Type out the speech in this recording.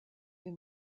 den